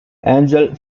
angel